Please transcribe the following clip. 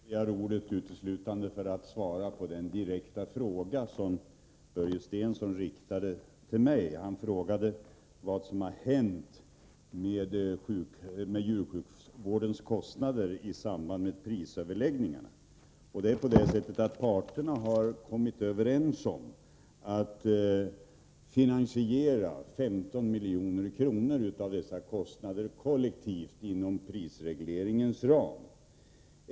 Herr talman! Jag begärde ordet uteslutande för att svara på den direkta fråga som Börje Stensson riktade till mig. Han frågade vad som har hänt med djursjukvårdens kostnader i samband med prisöverläggningarna. Parterna har kommit överens om att finansiera 15 milj.kr. av dessa kostnader kollektivt inom prisregleringens ram.